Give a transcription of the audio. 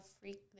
freak